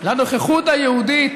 לנוכחות היהודית,